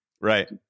Right